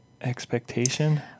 expectation